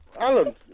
Alan